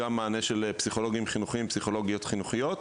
גם מענה של פסיכולוגים ופסיכולוגיות חינוכיות,